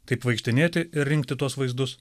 taip vaikštinėti ir rinkti tuos vaizdus